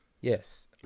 Yes